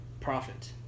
profit